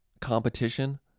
competition